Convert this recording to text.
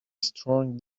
strong